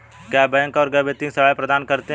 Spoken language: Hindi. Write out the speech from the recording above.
क्या बैंक गैर वित्तीय सेवाएं प्रदान करते हैं?